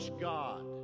God